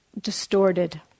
distorted